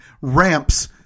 ramps